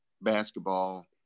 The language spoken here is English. basketball